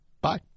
Bye